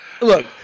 look